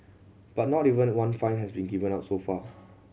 but not even one fine has been given out so far